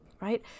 right